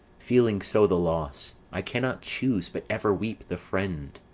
feeling so the loss, i cannot choose but ever weep the friend.